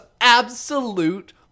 absolute